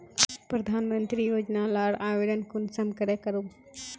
प्रधानमंत्री योजना लार आवेदन कुंसम करे करूम?